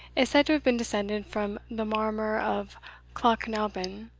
is said to have been descended from the marmor of clochnaben.